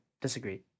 disagree